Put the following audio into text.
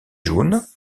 jaunes